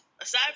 aside